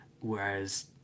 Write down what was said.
Whereas